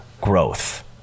growth